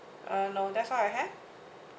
uh no that's all I have